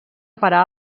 parar